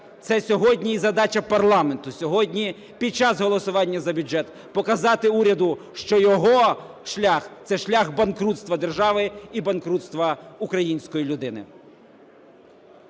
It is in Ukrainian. Це сьогодні і задача парламенту, сьогодні, під час голосування за бюджет, показати уряду, що його шлях – це шлях банкрутства держави і банкрутства української людини.